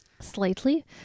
slightly